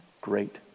Great